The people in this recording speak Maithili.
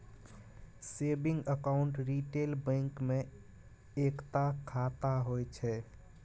सेबिंग अकाउंट रिटेल बैंक मे एकता खाता होइ छै